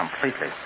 completely